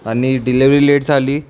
आणि delivery late झाली